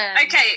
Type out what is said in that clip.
Okay